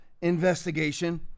investigation